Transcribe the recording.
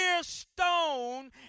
stone